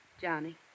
Johnny